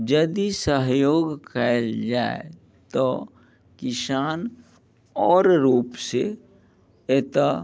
यदि सहयोग कयल जाय तऽ किसान आओर रूपसे एतऽ